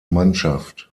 mannschaft